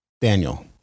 Daniel